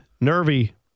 nervy